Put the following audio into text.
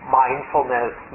mindfulness